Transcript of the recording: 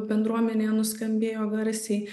bendruomenėje nuskambėjo garsiai